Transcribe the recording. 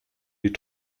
die